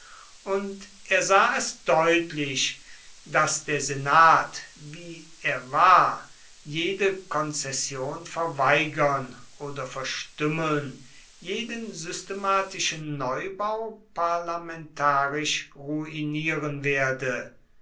und er sah es deutlich daß der senat wie er war jede konzession verweigern oder verstümmeln jeden systematischen neubau parlamentarisch ruinieren werde